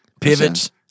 Pivots